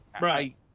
Right